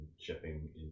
shipping